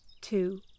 two